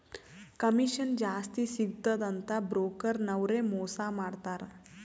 commission ಜಾಸ್ತಿ ಸಿಗ್ತುದ ಅಂತ್ ಬ್ರೋಕರ್ ನವ್ರೆ ಮೋಸಾ ಮಾಡ್ತಾರ್